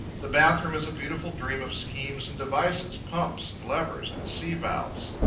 the bath-room is a beautiful dream of schemes and devices, pumps, and levers, and sea-valves.